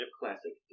classic